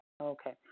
Okay